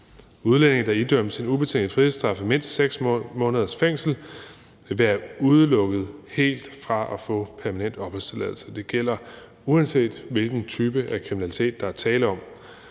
Udlændinge, der idømmes en ubetinget frihedsstraf på mindst 6 måneders fængsel, vil helt være udelukket fra at få permanent opholdstilladelse. Det gælder, uanset hvilken type kriminalitet der er tale om.